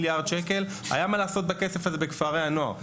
היה מה לעשות בכסף הזה בכפרי הנוער.